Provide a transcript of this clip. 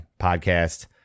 Podcast